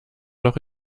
noch